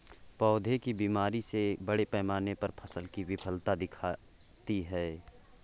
पौधों की बीमारी से बड़े पैमाने पर फसल की विफलता दिखती है